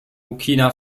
burkina